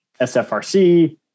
SFRC